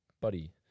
buddy